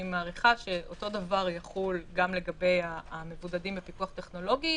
אני מעריכה שאותו דבר יחול גם לגבי המבודדים בפיקוח טכנולוגי.